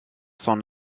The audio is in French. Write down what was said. son